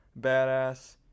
badass